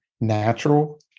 natural